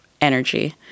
energy